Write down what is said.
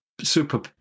super